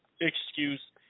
excuse